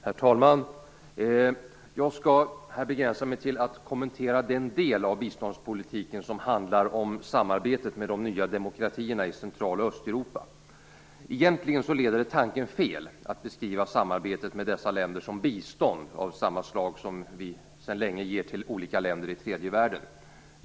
Herr talman! Jag skall begränsa mig till att kommentera den del av biståndspolitiken som handlar om samarbetet med de nya demokratierna i Central och Egentligen leder det tanken fel att beskriva samarbetet med dessa länder som bistånd av samma slag som vi sedan länge ger till olika länder i tredje världen.